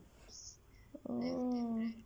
right